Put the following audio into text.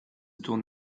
tourne